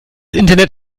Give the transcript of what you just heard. internet